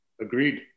Agreed